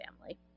family